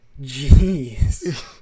Jeez